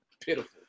pitiful